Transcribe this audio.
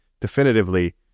definitively